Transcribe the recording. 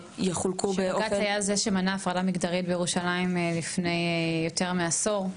בג"ץ היה זה שמנע הפרדה מגדרית בירושלים לפני יותר מעשור,